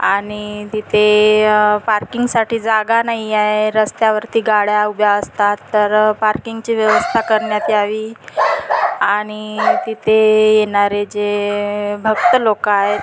आणि तिथे पार्किंगसाठी जागा नाही आहे रस्त्यावरती गाड्या उभ्या असतात तर पार्किंगची व्यवस्था करण्यात यावी आणि तिथे येणारे जे भक्त लोक आहेत